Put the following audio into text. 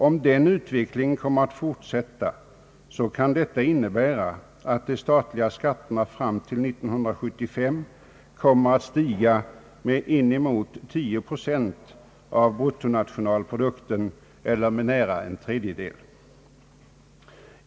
Om den utvecklingen kommer att fortsätta, så kan det innebära att de statliga skatterna fram till 1975 kommer att stiga med inemot 10 procent av bruttonationalprodukten eller med nära en tredjedel.